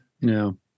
no